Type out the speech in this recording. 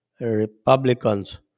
Republicans